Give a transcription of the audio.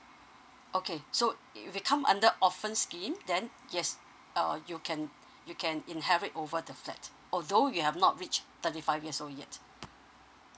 okay so if we come under orphan scheme then yes uh you can you can inherit over the flat although you have not reach thirty five years old yet